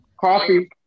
Coffee